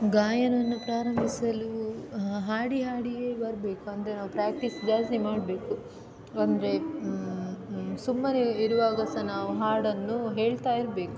ಗಾಯನವನ್ನು ಪ್ರಾರಂಭಿಸಲು ಹಾಡಿ ಹಾಡಿಯೇ ಬರಬೇಕು ಅಂದರೆ ನಾವು ಪ್ರ್ಯಾಕ್ಟೀಸ್ ಜಾಸ್ತಿ ಮಾಡಬೇಕು ಅಂದರೆ ಸುಮ್ಮನೆ ಇರುವಾಗ ಸಹಾ ನಾವು ಹಾಡನ್ನು ಹೇಳ್ತಾಯಿರಬೇಕು